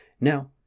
Now